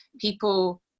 people